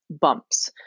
bumps